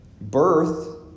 Birth